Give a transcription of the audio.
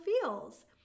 feels